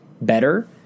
better